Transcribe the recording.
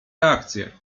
reakcje